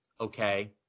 okay